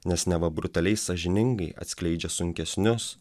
nes neva brutaliai sąžiningai atskleidžia sunkesnius